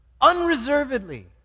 unreservedly